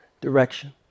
direction